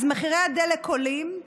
אז מחירי הדלק עולים,